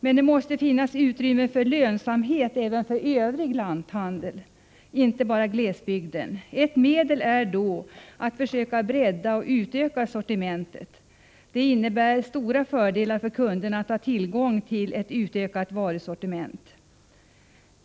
Men det måste finnas utrymme för lönsamhet även för övrig lanthandel, inte bara den i glesbygden. Ett medel är då att försöka bredda sortimentet. Det innebär stora fördelar för kunderna att ha tillgång till ett utökat varusortiment.